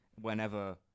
whenever